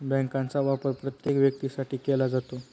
बँकांचा वापर प्रत्येक व्यक्तीसाठी केला जातो